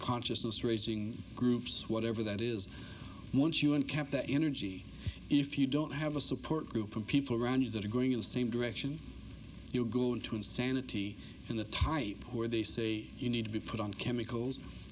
consciousness raising groups whatever that is once you have kept that energy if you don't have a support group of people around you that are going in the same direction you go into insanity in the type where they say you need to be put on chemicals